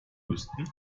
größten